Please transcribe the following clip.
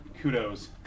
kudos